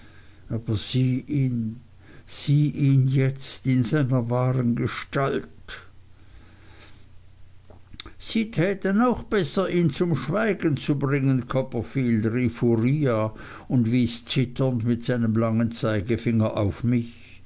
sieh ihn an jetzt in seiner wahren gestalt sie täten auch besser ihn zum schweigen zu bringen copperfield rief uriah und wies zitternd mit seinem langen zeigefinger auf mich